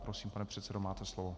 Prosím, pane předsedo, máte slovo.